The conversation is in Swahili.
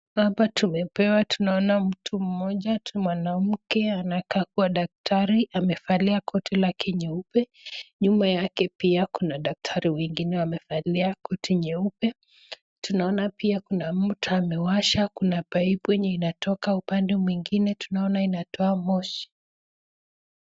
Hapa tumepewa tunaona mtu mmoja mwanamke anakaa kuwa daktari, amevalia koti lake nyeupe, nyuma yake pia kuna daktari wengine wamevalia koti nyeupe, tunaona pia kuna moto amewasha, kuna paipu yenye inatoka upande mwingine tunaona inatoa moshi.